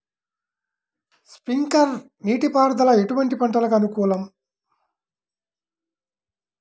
Sprinkler నీటిపారుదల ఎటువంటి పంటలకు అనుకూలము?